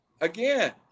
Again